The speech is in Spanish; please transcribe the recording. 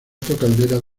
calderas